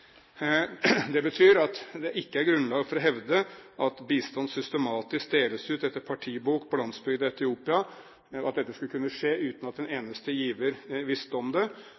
Det betyr at det ikke er grunnlag for å hevde at bistand systematisk deles ut etter partibok på landsbygda i Etiopia, og at dette skulle kunne skje uten at en eneste giver visste om det.